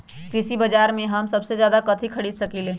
कृषि बाजर में हम सबसे अच्छा कथि खरीद सकींले?